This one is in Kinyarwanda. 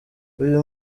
uyu